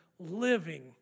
living